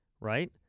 right